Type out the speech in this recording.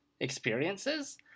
experiences